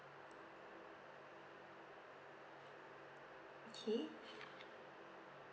okay